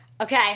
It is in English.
Okay